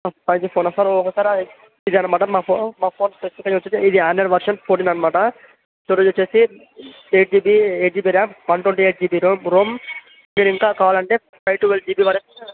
five G phone sir ఒకసారి అది ఇది అనమాట మా ఫోన్ మా ఫోన్ స్పెసిఫికేషన్స్ వచ్చేసి ఇది ఆండ్రాయిడ్ వర్షన్ ఫోర్టీన్ అనమాట సో ఇది వచ్చేసి eight GB eight GB RAM one twenty eight GB ROM ROM మీరు ఇంకా కావాలంటే ఫైవ్ టువ్వల్ జిబి వరకు